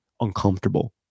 uncomfortable